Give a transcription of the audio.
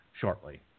shortly